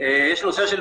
יש נושא של